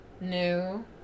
new